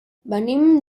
venim